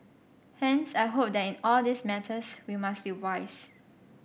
hence I hope that in all these matters we must be wise